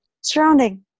surrounding